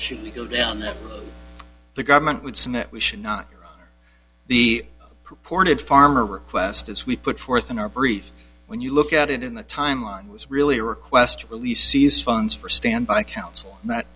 should we go down that the government would submit we should not the purported farmer request as we put forth in our brief when you look at it in the timeline was really request police seize funds for standby counsel that